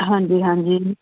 ਹਾਂਜੀ ਹਾਂਜੀ ਜੀ